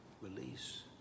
release